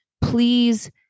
Please